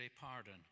pardon